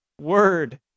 word